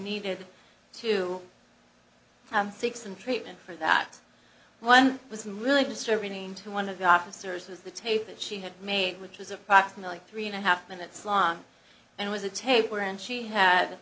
needed to seek some treatment for that one was really disturbing to one of the officers was the tape that she had made which was approximately three and a half minutes long and was a tape where and she had